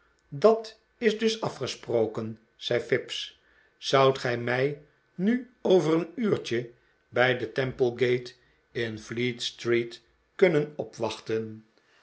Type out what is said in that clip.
dat is dus afgesproken zei fips zoudt gij mij nu over v een uurtje bij de temple gate in fleetstreet kunnen opwachten